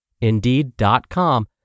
Indeed.com